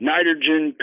Nitrogen